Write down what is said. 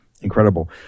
Incredible